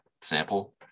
sample